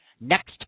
next